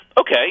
Okay